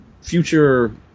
future